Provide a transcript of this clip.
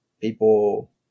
people